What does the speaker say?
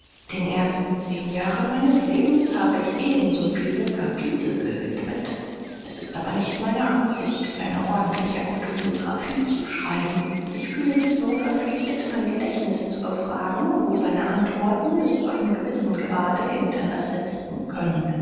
den ersten zehn jahren meines lebens habe ich ebenso viele kapitel gewidmet es ist aber nicht meine absicht eine ordentliche autobiographie zu schreiben ich fühle mich nur verpflichtet mein gedächtnis zu befragen wo seine antworten bis zu einem gewissen grade interesse bieten können